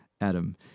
Adam